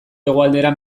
hegoaldera